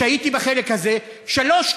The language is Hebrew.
שהייתי בחלק הזה, ג.